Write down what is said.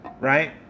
right